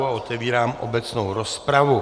Otevírám obecnou rozpravu.